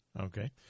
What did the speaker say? Okay